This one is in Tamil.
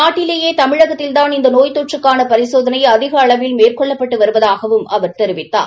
நாட்டிலேயே தமிழகத்தில்தான் இந்த நோய் தொற்றுக்கான பரிசோதனை அதிக அளவில் மேற்கொள்ளப்பட்டு வருவதாகவும் அவர் தெரிவித்தார்